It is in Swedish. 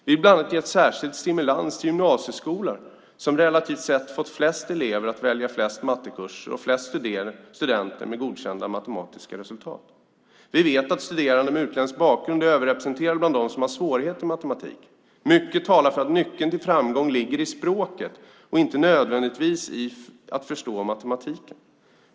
Vi vill bland annat ge en särskild stimulans till de gymnasieskolor som relativt sett fått flest elever att välja flest mattekurser och som fått flest studenter med godkända matematikresultat. Vi vet att studerande med utländsk bakgrund är överrepresenterade bland dem som har svårigheter med matematiken. Mycket talar för att nyckeln till framgång ligger i språket, inte nödvändigtvis i att förstå matematiken.